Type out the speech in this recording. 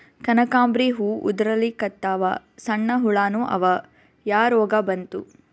ಕನಕಾಂಬ್ರಿ ಹೂ ಉದ್ರಲಿಕತ್ತಾವ, ಸಣ್ಣ ಹುಳಾನೂ ಅವಾ, ಯಾ ರೋಗಾ ಬಂತು?